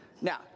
Now